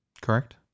correct